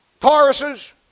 Tauruses